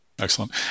Excellent